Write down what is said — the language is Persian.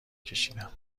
کشیدم